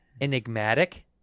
Enigmatic